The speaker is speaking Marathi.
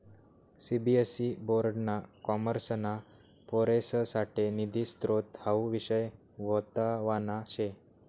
सीबीएसई बोर्ड ना कॉमर्सना पोरेससाठे निधी स्त्रोत हावू विषय म्हतवाना शे